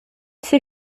ses